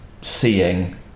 seeing